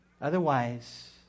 Otherwise